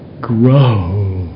grow